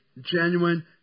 genuine